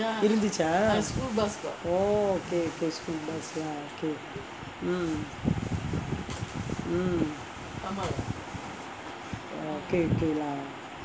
இருந்துச்சா:irunthuchaa oh okay okay school bus lah okay mm mm oh okay okay lah